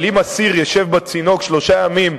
אבל אם אסיר ישב בצינוק שלושה ימים,